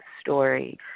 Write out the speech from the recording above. story